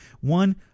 One